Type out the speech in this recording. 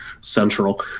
central